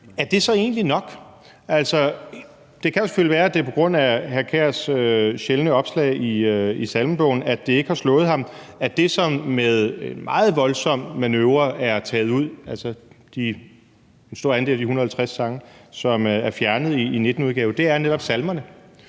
er det så egentlig nok? Det kan jo selvfølgelig være, at det er på grund af hr. Kasper Sand Kjærs sjældne opslag i Salmebogen, at det ikke har slået ham, at det, som med en meget voldsom manøvre er taget ud af højskolesangbogen – altså en stor andel af de 150 sange, som er fjernet i den 19. udgave – netop er salmerne,